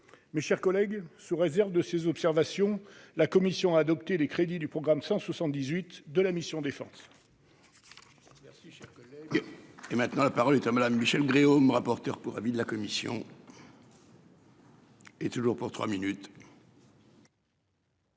Mes chers collègues, sous réserve de ces observations, la commission a adopté les crédits du programme 178 de la mission « Défense